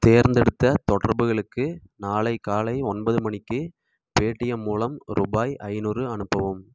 தேர்ந்தெடுத்த தொடர்புகளுக்கு நாளை காலை ஒன்பது மணிக்கு பேடிஎம் மூலம் ருபாய் ஐநூறு அனுப்பவும்